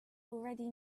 already